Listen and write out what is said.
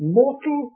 mortal